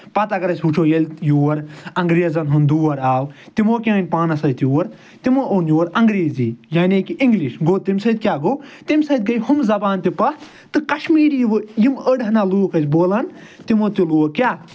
پَتہٕ اَگر أسۍ وٕچھو ییٚلہِ یور اَنگریزَن ہُند دور آو تِمَو کیاہ أنۍ پانَس سۭتۍ یور تِمَو اوٚن یور اَنگریٖزی یعنی کہِ اِنگلِش گوٚو تَمہِ سۭتۍ کیاہ گوٚو تَمہِ سۭتۍ گٔے ہُمہٕ زَبانہِ تہِ پَتھ تہٕ کَشمیٖری یِم أڑ ۂنہ لوٗکھ ٲسۍ بولان تِمو تہِ لوگ کیاہ